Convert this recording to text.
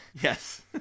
Yes